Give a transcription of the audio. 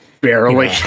Barely